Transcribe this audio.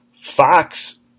Fox